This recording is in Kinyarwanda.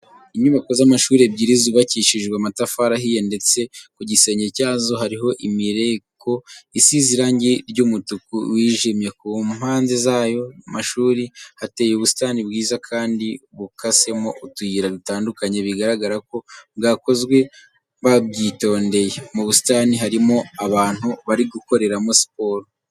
Inyubako z'amashuri ebyiri zubakishijwe amatafari ahiye ndetse ku gisenge cyazo hariho imireko isize irange ry'umutuku wijimye. Ku mpanze z'ayo mashuri hateye ubusitani bwiza kandi bukasemo utuyira dutandukanye bigaragara ko bwakozwe babyitondeye. Mu busitani harimo abantu bari gukoreramo siporo.